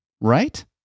Right